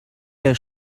der